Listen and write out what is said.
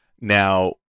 Now